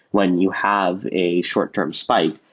when you have a short-term spike,